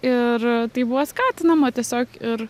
ir tai buvo skatinama tiesiog ir